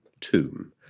tomb